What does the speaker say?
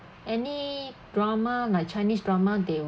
any drama like chinese drama they